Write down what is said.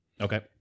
Okay